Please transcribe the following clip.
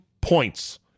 points